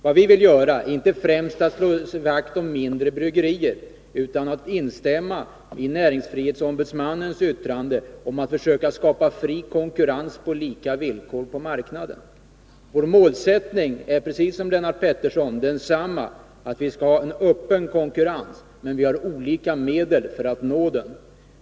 Vad vi vill göra är inte främst att slå vakt om mindre bryggerier, utan att instämma i näringsfrihetsombudsmannens yttrande om att försöka skapa fri konkurrens på lika villkor på marknaden. Vår målsättning är precis som Lennart Petterssons, att vi skall ha en öppen konkurrens, men vi har olika medel att nå den.